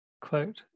quote